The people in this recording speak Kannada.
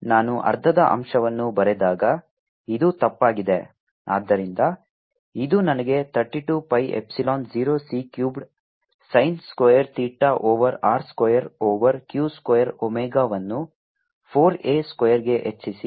ನಾನು ಅರ್ಧದ ಅಂಶವನ್ನು ಬರೆದಾಗ ಇದು ತಪ್ಪಾಗಿದೆ ಆದ್ದರಿಂದ ಇದು ನನಗೆ 32 pi epsilon 0 c cubed sin square theta over r square over q square ಒಮೆಗಾವನ್ನು 4 ಎ ಸ್ಕ್ವೇರ್ಗೆ ಹೆಚ್ಚಿಸಿ